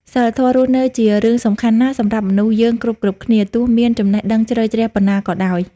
សីលធម៌រស់នៅជារឿង សំខាន់ណាស់សម្រាប់មនុស្សយើងគ្រប់ៗគ្នា ទោះមានចំណេះដឹងជ្រៅជ្រះប៉ុណ្ណាក៏ដោយ។